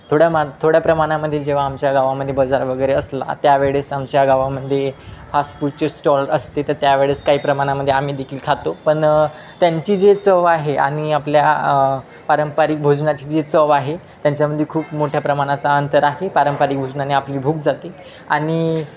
थोड्या मा थोड्या प्रमाणामध्ये जेव्हा आमच्या गावामध्ये बाजार वगैरे असला त्यावेळेस आमच्या गावामध्ये फास फूडचे स्टॉल असते तर त्यावेळेस काही प्रमाणामध्ये आम्ही देखील खातो पण त्यांची जे चव आहे आणि आपल्या पारंपरिक भोजनाची जी चव आहे त्यांच्यामध्ये खूप मोठ्या प्रमाणाचा अंतर आहे पारंपरिक भोजनाने आपली भूक जाते आणि